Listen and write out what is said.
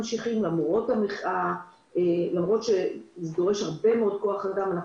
למרות שזה דורש הרבה מאוד כוח אדם,